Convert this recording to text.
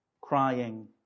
crying